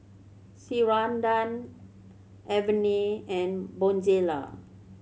Ceradan Avene and Bonjela